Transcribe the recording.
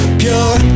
pure